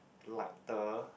lighter